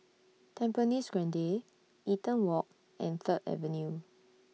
Tampines Grande Eaton Walk and Third Avenue